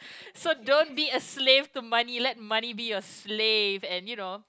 so don't be a slave to money let money be your slave and you know